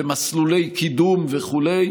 מסלולי קידום וכו'.